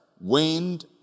wind